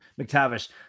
McTavish